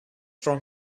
from